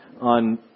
on